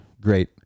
great